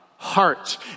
Heart